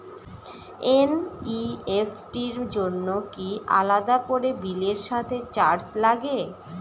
NEFT র জন্য কি আলাদা করে বিলের সাথে চার্জ লাগে?